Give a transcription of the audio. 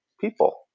people